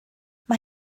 mae